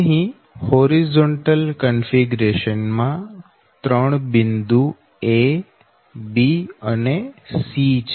અહી horizontal configuration માં ત્રણ બિંદુ a b અને c છે